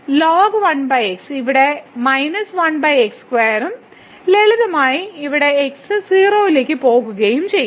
lnx 1 x ഉം ഇവിടെ 1 x2 ഉം ലളിതമായി ഇവിടെ x 0 ലേക്ക് പോകുകയും ചെയ്യും